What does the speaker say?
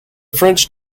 french